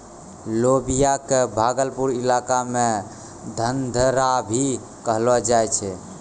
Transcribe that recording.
लोबिया कॅ भागलपुर इलाका मॅ घंघरा भी कहलो जाय छै